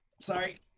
Sorry